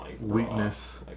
Weakness